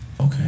Okay